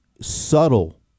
subtle